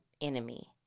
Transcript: enemy